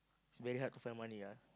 is very hard to find money ah